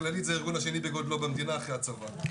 הכללית זה הארגון השני בגודלו במדינה אחרי הצבא.